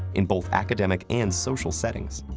in both academic and social settings.